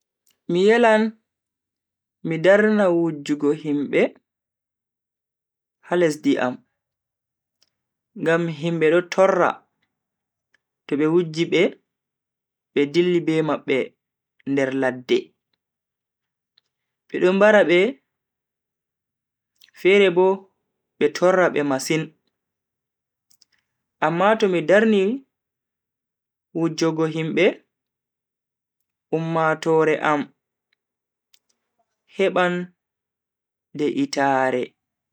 Mi yelan mi darna wujjugo himbe ha lesdi am, ngam himbe do torra to be wujji be be dilli be mabbe nder ladde. bedo mbara be fere bo be torra be masin. Amma to mi darni wujjogo himbe, ummatoore am heba de'itaare.